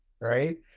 Right